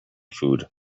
food